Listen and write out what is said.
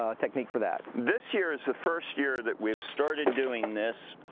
ah technique for that. this year is the first year that we've started doing this.